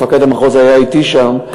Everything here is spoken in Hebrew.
מפקד המחוז היה אתי שם,